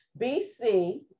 BC